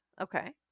okay